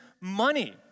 money